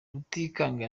rutikanga